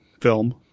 film